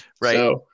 Right